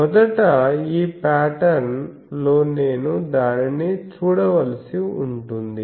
మొదట ఈ పాటర్న్ లో నేను దానిని చూడవలసి ఉంటుంది